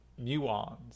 muons